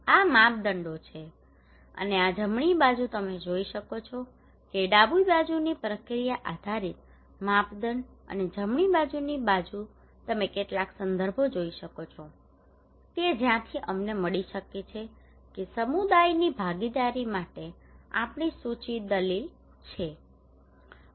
આ માપદંડો છે અને આ જમણી બાજુ તમે જોઈ શકો છો કે ડાબી બાજુની પ્રક્રિયા આધારિત માપદંડ અને જમણી બાજુની બાજુ તમે કેટલાક સંદર્ભો જોઈ શકો છો કે જ્યાંથી અમને મળી શકે છે કે સમુદાયની ભાગીદારી માટે આ આપણી સૂચિત દલીલ છે